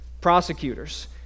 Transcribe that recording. prosecutors